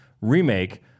remake